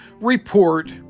report